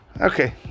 Okay